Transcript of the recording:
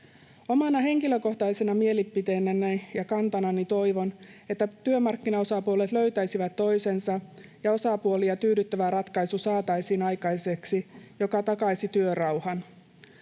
Omana henkilökohtaisena mielipiteenäni ja kantanani toivon, että työmarkkinaosapuolet löytäisivät toisensa ja osapuolia tyydyttävä ratkaisu saataisiin aikaiseksi, mikä takaisi työrauhan.